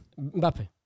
Mbappe